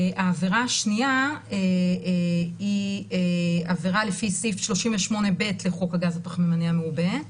העבירה השנייה היא עבירה לפי סעיף 38(ב) לחוק הגז הפחמימני המעובה.